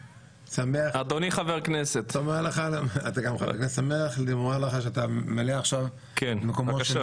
אני שמח שאת ממלא עכשיו את מקומו של